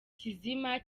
kizima